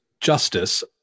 justice